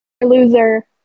Loser